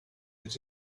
that